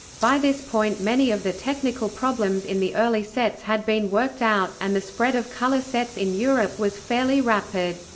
by this point many of the technical problems in the early sets had been worked out, and the spread of color sets in europe was fairly rapid.